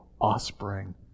offspring